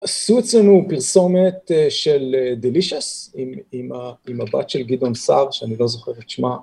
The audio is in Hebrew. עשו אצלנו פרסומת של Delicious, עם הבת של גדעון סער, שאני לא זוכר את שמה.